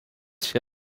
się